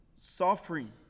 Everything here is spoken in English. suffering